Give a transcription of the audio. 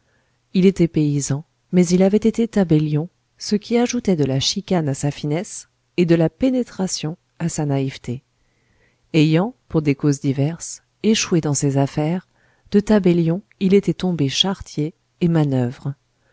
il était paysan mais il avait été tabellion ce qui ajoutait de la chicane à sa finesse et de la pénétration à sa naïveté ayant pour des causes diverses échoué dans ses affaires de tabellion il était tombé charretier et manoeuvre